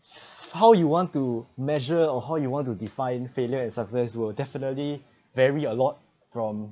how you want to measure or how you want to define failure and success will definitely vary a lot from